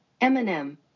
Eminem